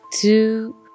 two